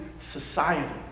society